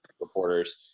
reporters